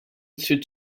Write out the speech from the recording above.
sud